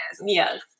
Yes